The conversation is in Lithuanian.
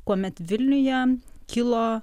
kuomet vilniuje kilo